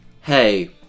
Hey